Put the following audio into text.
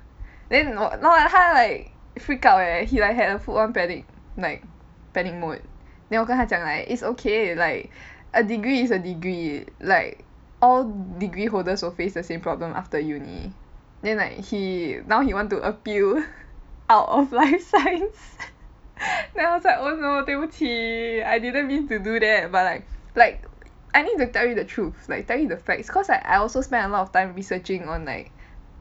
then no 他 like high freak out eh he had a full on panic like panic mode then 我跟他讲 like it's okay like a degree is a degree like all degree holders will face the same problem after uni then like he now he want to appeal out of life science then I was like oh no 对不起 I didn't mean to do that but like like I need to tell you the truth like tell you the facts cause I I also spent a lot of time researching on like